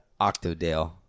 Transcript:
Octodale